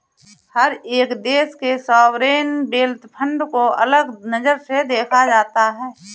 हर एक देश के सॉवरेन वेल्थ फंड को अलग नजर से देखा जाता है